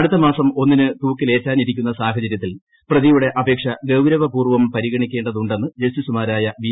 അടുത്ത മാസം ഒന്നിന് തൂക്കില്റ്റൊനിരിക്കുന്ന സാഹചര്യത്തിൽ പ്രതിയുടെ അപേക്ഷ ഗൌരവപൂർവം ്പരിഗണിക്കേണ്ടതുണ്ടെന്ന് ജസ്റ്റിസുമാരായ ബി